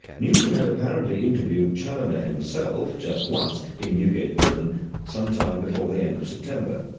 newton had apparently interviewed chaloner himself just once in newgate prison some time before the end of september.